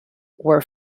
were